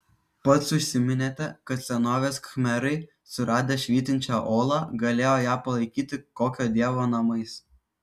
pats užsiminėte kad senovės khmerai suradę švytinčią olą galėjo ją palaikyti kokio dievo namais